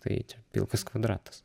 tai čia pilkas kvadratas